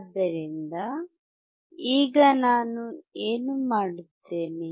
ಆದ್ದರಿಂದ ಈಗ ನಾನು ಏನು ಮಾಡುತ್ತೇನೆ